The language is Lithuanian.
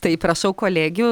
tai prašau kolegių